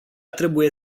trebuie